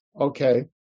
Okay